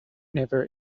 never